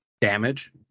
damage